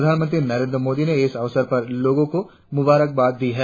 प्रधानमंत्री नरेंद्र मोदी ने इस अवसर पर लोगों को मुंबारकबाद दी है